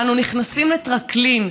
ואנחנו נכנסים לטרקלין,